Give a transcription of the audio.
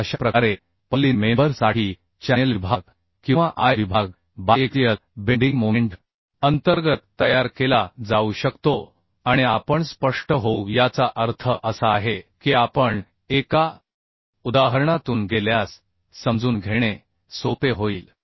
तर अशा प्रकारे पर्लिन मेंबर साठी चॅनेल विभाग किंवा I विभाग बायएक्सियल बेंडिंग मोमेंट अंतर्गत तयार केला जाऊ शकतो आणि आपण स्पष्ट होऊ याचा अर्थ असा आहे की आपण एका उदाहरणातून गेल्यास समजून घेणे सोपे होईल